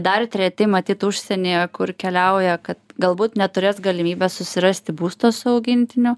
dar treti matyt užsienyje kur keliauja kad galbūt neturės galimybės susirasti būsto su augintiniu